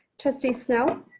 trustee snell.